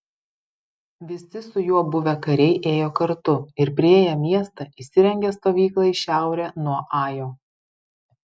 visi su juo buvę kariai ėjo kartu ir priėję miestą įsirengė stovyklą į šiaurę nuo ajo